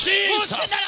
Jesus